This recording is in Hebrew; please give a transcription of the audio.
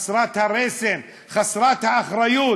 חסרת הרסן, חסרת האחריות,